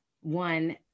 One